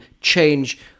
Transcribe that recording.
change